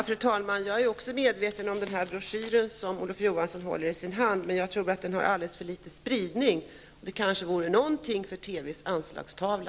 Fru talman! Även jag är medveten om den broschyr som Olof Johansson håller i sin hand. Men jag tror att den har alldeles för liten spridning. Det vore kanske någonting för TV:s anslagstavla.